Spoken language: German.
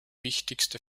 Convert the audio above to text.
wichtigste